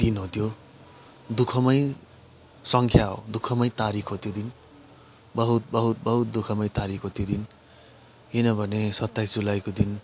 दिन हो त्यो दुःखमय सङ्ख्या हो दुःखमय तारिक हो त्यो दिन बहुत बहुत बहुत दुःखमय तारिक हो त्यो दिन किनभने सत्ताइस जुलाईको दिन